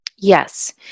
Yes